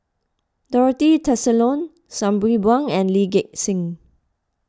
Dorothy Tessensohn Sabri Buang and Lee Gek Seng